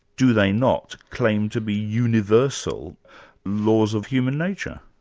do they not, claim to be universal laws of human nature.